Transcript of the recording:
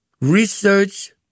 research